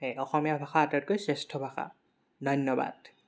সেই অসমীয়া ভাষা আটাইতকৈ শ্ৰেষ্ঠ ভাষা